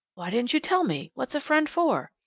why didn't you tell me? what's a friend for?